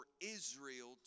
Israel